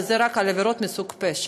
וזה רק על עבירות מסוג פשע,